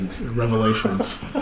revelations